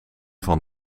van